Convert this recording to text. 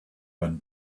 when